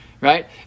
Right